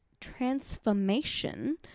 transformation